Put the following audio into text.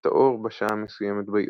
את האור בשעה המסוימת ביום,